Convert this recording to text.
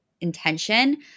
intention